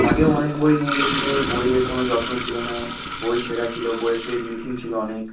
আগেও অনেক বই নিয়ে গিয়েছিলে বইয়ের কোনো যত্ন ছিল না বই ছেঁড়া ছিল বইয়ের পেজ মিসিং ছিল অনেক